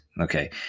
Okay